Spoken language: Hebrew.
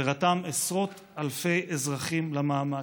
ורתם עשרות אלפי אזרחים למאמץ.